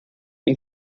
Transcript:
and